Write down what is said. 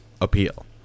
appeal